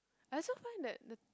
I also find that the